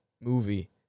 movie